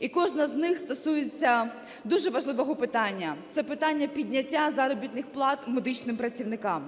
І кожна з них стосується дуже важливого питання – це питання підняття заробітних плат медичним працівникам.